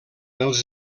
els